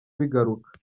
bigaruka